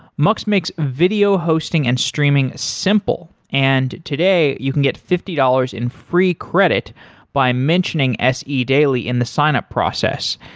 mux makes video hosting and streaming simple. and today, you can get fifty dollars in free credit by mentioning se daily in the signup process.